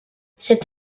cet